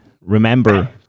Remember